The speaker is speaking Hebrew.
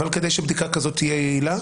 אבל כדי שבדיקה כזאת תהיה יעילה